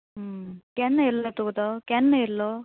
केन्ना येयल्लो तुका तो केन्ना येयल्लो